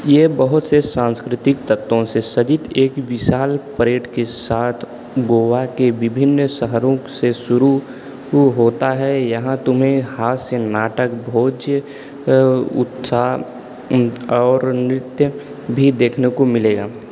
यह बहुत से सांस्कृतिक तत्वों से सजित एक विशाल परेड के साथ गोवा के विभिन्न शहरों में शुरू होता है यहाँ तुम्हें हास्य नाटक भोज्य उत्साह और नृत्य भी देखने को मिलेंगे